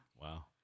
Wow